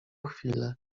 chwilę